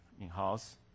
in-house